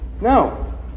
No